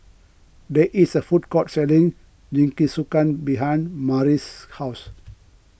there is a food court selling Jingisukan behind Murry's house